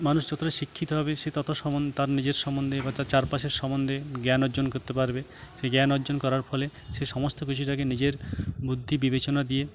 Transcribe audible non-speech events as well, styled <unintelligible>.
মানুষ যতোটা শিক্ষিত হবে সে ততো <unintelligible> তার নিজের সম্বন্ধে বা তার চার পাশের সম্বন্ধে জ্ঞান অর্জন করতে পারবে সেই জ্ঞান অর্জন করার ফলে সে সমস্ত কিছুটাকে নিজের বুদ্ধি বিবেচনা দিয়ে